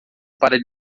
para